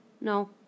No